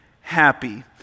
happy